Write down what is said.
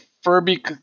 furby